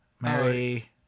Mary